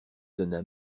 donna